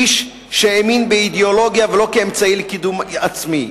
איש שהאמין באידיאולוגיה, ולא כאמצעי לקידום עצמי.